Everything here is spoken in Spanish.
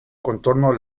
contorno